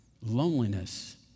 Loneliness